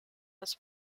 was